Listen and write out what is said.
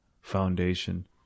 foundation